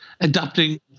adapting